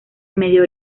medio